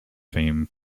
fame